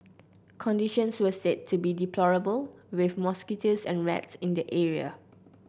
conditions were said to be deplorable with mosquitoes and rats in the area